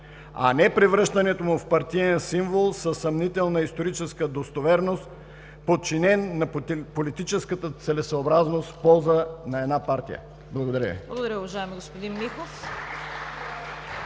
а не превръщането му в партиен символ със съмнителна историческа достоверност, подчинен на политическата целесъобразност в полза на една партия. Благодаря Ви.